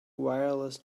wireless